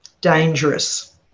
Dangerous